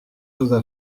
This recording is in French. choses